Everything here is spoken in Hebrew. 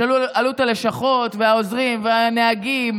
שעלות הלשכות והעוזרים והנהגים